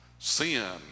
Sin